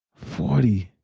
forty.